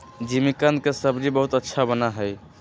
जिमीकंद के सब्जी बहुत अच्छा बना हई